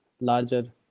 larger